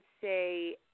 say